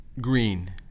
green